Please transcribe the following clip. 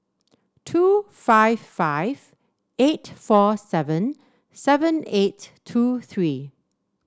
two five five eight four seven seven eight two three